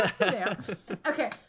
okay